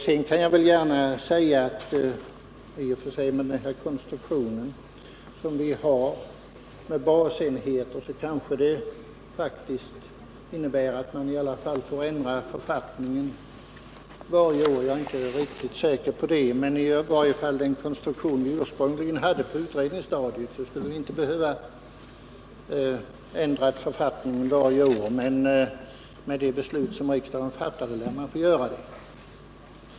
Jag kan gärna säga att den konstruktion vi har med basenheter kanske innebär att man i alla fall får ändra författningen varje år — jag är inte riktigt säker på det. Med den konstruktion vi hade ursprungligen på utredningsstadiet skulle vi inte ha behövt ändra författningen varje år, men med det beslut riksdagen fattade lär man få göra det.